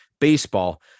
baseball